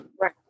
Right